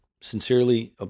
Sincerely